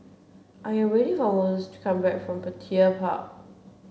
I am waiting for Mose to come back from Petir Park